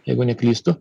jeigu neklystu